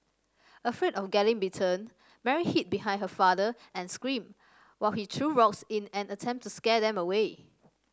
afraid of getting bitten Mary hid behind her father and screamed while he threw rocks in an attempt to scare them away